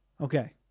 Okay